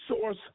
source